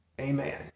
amen